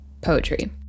poetry